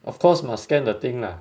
of course must scan the thing lah